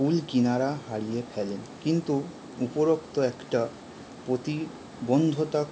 কুল কিনারা হারিয়ে ফেলেন কিন্তু উপরোক্ত একটা প্রতিবন্ধতা